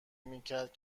میکرد